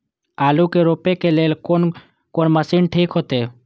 आलू के रोपे के लेल कोन कोन मशीन ठीक होते?